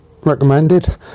recommended